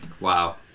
Wow